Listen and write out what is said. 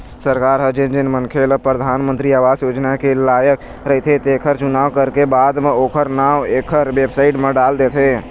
सरकार ह जेन जेन मनखे ल परधानमंतरी आवास योजना के लायक रहिथे तेखर चुनाव करके बाद म ओखर नांव एखर बेबसाइट म डाल देथे